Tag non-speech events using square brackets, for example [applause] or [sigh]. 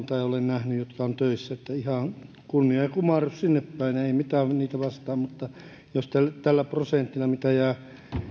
[unintelligible] tai olen nähnyt muutaman somalin jotka ovat töissä että ihan kunnia ja kumarrus sinnepäin ei mitään heitä vastaan mutta jos tällä prosentilla mitä jää